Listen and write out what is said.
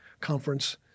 conference